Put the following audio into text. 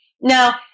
Now